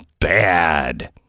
bad